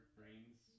Brain's